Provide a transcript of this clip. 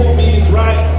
me is right.